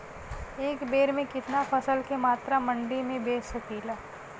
एक बेर में कितना फसल के मात्रा मंडी में बेच सकीला?